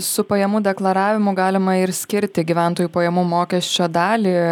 su pajamų deklaravimu galima ir skirti gyventojų pajamų mokesčio dalį